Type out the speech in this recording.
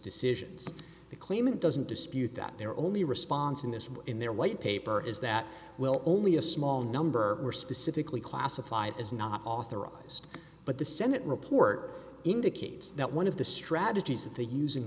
decisions the claimant doesn't dispute that they're only response in this way in their white paper is that will only a small number were specifically classified as not authorized but the senate report indicates that one of the strategies that they using